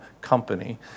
company